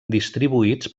distribuïts